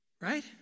Right